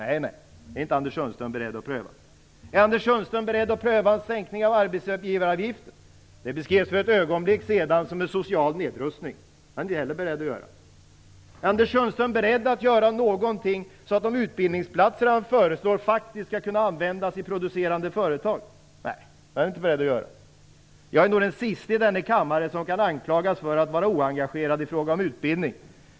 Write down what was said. Nej, det är Anders Sundström inte beredd att pröva. Är Anders Sundström beredd pröva en sänkning av arbetsgivaravgiften? Detta beskrevs för ett ögonblick sedan som en social nedrustning. Det är han inte heller beredd att göra. Är Anders Sundström beredd att göra någonting så att de utbildningsplatser han föreslår faktiskt skall kunna användas i producerande företag? Nej, det är han inte beredd att göra. Jag är nog den siste i denna kammare som kan anklagas för att vara oengagerad i fråga om utbildning.